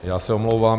Já se omlouvám.